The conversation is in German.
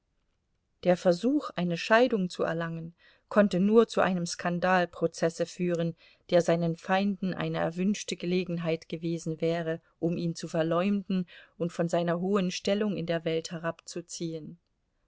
der versuch eine scheidung zu erlangen konnte nur zu einem skandalprozesse führen der seinen feinden eine erwünschte gelegenheit gewesen wäre um ihn zu verleumden und von seiner hohen stellung in der welt herabzuziehen